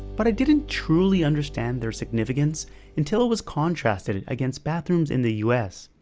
but i didn't truly understand their significance until it was contrasted against bathrooms in the u s.